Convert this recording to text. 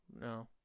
No